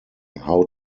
how